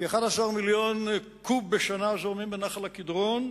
כ-11 מיליון קוב בשנה זורמים בנחל-קדרון.